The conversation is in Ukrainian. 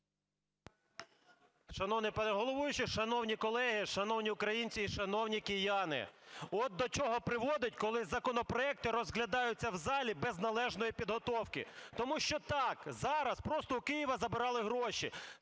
Шановний пане головуючий, шановні колеги, шановні українці і шановні кияни! От до чого приводить, коли законопроекти розглядаються в залі без належної підготовки. Тому що так зараз просто у Києва забрали гроші.